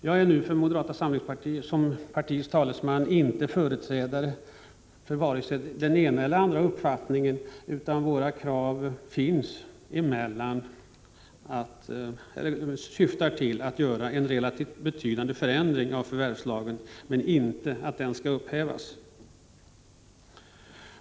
Jag är nu som moderata samlingspartiets talesman inte företrädare för vare sig den ena eller andra uppfattningen, utan våra krav syftar till att göra en relativt betydande förändring av förvärvslagen men inte till att upphäva den.